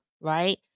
right